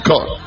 God